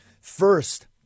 first